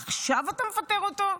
עכשיו אתה מפטר אותו,